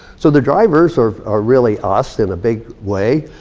so the drivers are are really us in a big way.